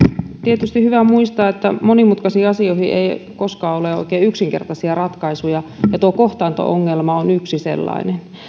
tietysti on hyvä muistaa että monimutkaisiin asioihin ei koskaan ole oikein yksinkertaisia ratkaisuja ja tuo kohtaanto ongelma on yksi sellainen